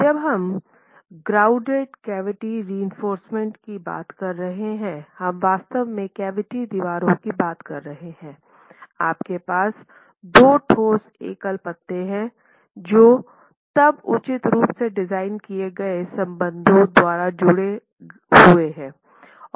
जब हम grouted cavity reinforcement की बात कर रहे हैं हम वास्तव में कैविटी दीवारों की बात कर रहे हैं आपके पास 2 ठोस एकल पत्ते हैं जो तब उचित रूप से डिज़ाइन किए गए संबंधों द्वारा जुड़े हुए हैं